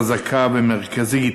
חזקה ומרכזית